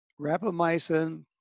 Rapamycin